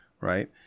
right